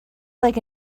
like